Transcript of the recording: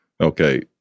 Okay